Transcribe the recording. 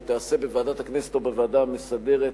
שתיעשה בוועדת הכנסת או בוועדה המסדרת,